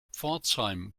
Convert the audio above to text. pforzheim